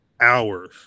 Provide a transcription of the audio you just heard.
hours